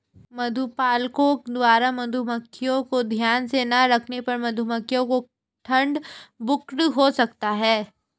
मधुपालकों द्वारा मधुमक्खियों को ध्यान से ना रखने पर मधुमक्खियों को ठंड ब्रूड हो सकता है